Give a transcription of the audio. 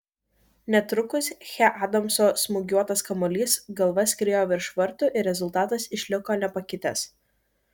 netrukus che adamso smūgiuotas kamuolys galva skriejo virš vartų ir rezultatas išliko nepakitęs